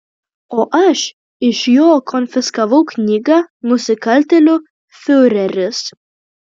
o aš iš jo konfiskavau knygą nusikaltėlių fiureris